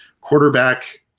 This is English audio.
quarterback